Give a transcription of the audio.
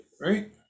right